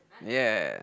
ya